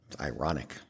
Ironic